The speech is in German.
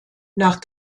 nach